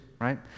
right